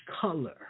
color